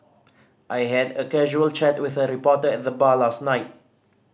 I had a casual chat with a reporter at the bar last night